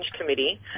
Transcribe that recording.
committee